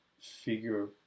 figure